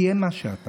תהיה מה שאתה.